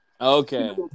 Okay